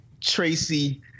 Tracy